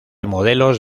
modelos